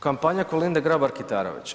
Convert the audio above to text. Kampanja Kolinde Grabar Kitarović.